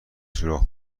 سوراخ